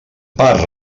per